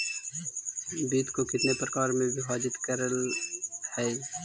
वित्त को कितने प्रकार में विभाजित करलइ हे